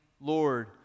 Lord